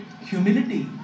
humility